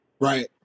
Right